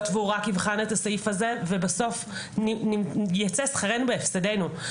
והוא רק יבחן את הסעיף הזה ובסוף ייצא שכרנו בהפסדנו.